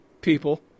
people